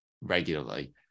regularly